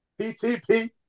PTP